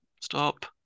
Stop